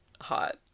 hot